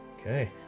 Okay